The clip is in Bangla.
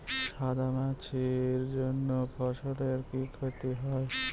সাদা মাছির জন্য ফসলের কি ক্ষতি হয়?